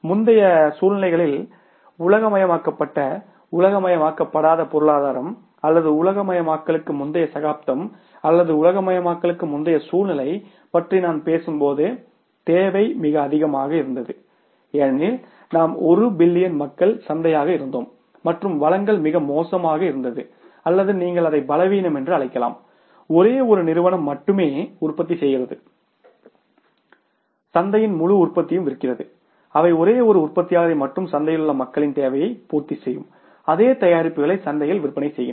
முந்தைய சூழ்நிலைகளில் உலகமயமாக்கப்பட்ட உலகமயமாக்கப்படாத பொருளாதாரம் அல்லது உலகமயமாக்கலுக்கு முந்தைய சகாப்தம் அல்லது உலகமயமாக்கலுக்கு முந்தைய சூழ்நிலை பற்றி நான் பேசும்போது தேவை மிக அதிகமாக இருந்தது ஏனெனில் நாம் 1 பில்லியன் மக்கள் சந்தையாக இருந்தோம் மற்றும் வழங்கல் மிகவும் மோசமாக இருந்தது அல்லது நீங்கள் அதை பலவீனம் என்று அழைக்கலாம் ஒரே ஒரு நிறுவனம் மட்டுமே உற்பத்தி செய்கிறது சந்தையின் முழு உற்பத்தியையும் விற்கிறது அவை ஒரே உற்பத்தியாளர் மற்றும் சந்தையில் உள்ள மக்களின் தேவையை பூர்த்தி செய்யும் அதே தயாரிப்புகளை சந்தையில் விற்பனை செய்கின்றன